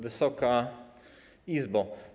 Wysoka Izbo!